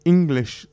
English